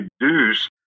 reduce